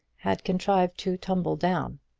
had contrived to tumble down.